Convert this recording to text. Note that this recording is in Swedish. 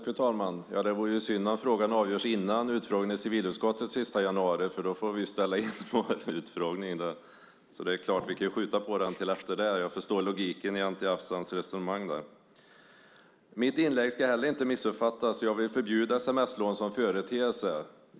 Fru talman! Ja, det vore ju synd om frågan avgörs före utfrågningen i civilutskottet den sista januari, för då får vi ställa in vår utfrågning. Vi kan ju skjuta på den tills efter det. Jag förstår logiken i Anti Avsans resonemang där. Mitt inlägg ska heller inte missuppfattas. Jag vill förbjuda sms-lån som företeelse.